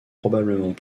probablement